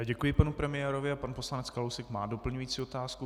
Děkuji panu premiérovi a pan poslanec Kalousek má doplňující otázku.